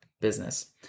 business